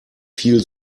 viel